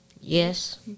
Yes